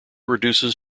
reduces